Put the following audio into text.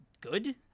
good